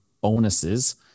bonuses